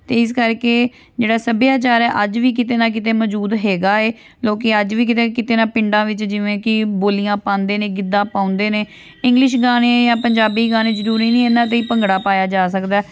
ਅਤੇ ਇਸ ਕਰਕੇ ਜਿਹੜਾ ਸੱਭਿਆਚਾਰ ਹੈ ਅੱਜ ਵੀ ਕਿਤੇ ਨਾ ਕਿਤੇ ਮੌਜੂਦ ਹੈਗਾ ਹੈ ਲੋਕ ਅੱਜ ਵੀ ਕਿਤੇ ਕਿਤੇ ਨਾ ਪਿੰਡਾਂ ਵਿੱਚ ਜਿਵੇਂ ਕਿ ਬੋਲੀਆਂ ਪਾਉਂਦੇ ਨੇ ਗਿੱਧਾ ਪਾਉਂਦੇ ਨੇ ਇੰਗਲਿਸ਼ ਗਾਣੇ ਜਾਂ ਪੰਜਾਬੀ ਗਾਣੇ ਜ਼ਰੂਰੀ ਨਹੀਂ ਇਹਨਾਂ 'ਤੇ ਹੀ ਭੰਗੜਾ ਪਾਇਆ ਜਾ ਸਕਦਾ